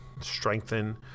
strengthen